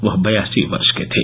वह बयासी वर्ष के थे